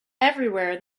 everywhere